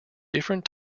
different